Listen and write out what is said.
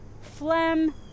phlegm